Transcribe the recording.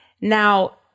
Now